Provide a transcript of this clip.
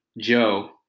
Joe